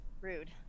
rude